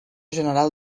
general